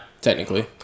technically